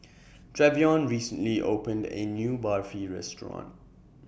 Treyvon recently opened A New Barfi Restaurant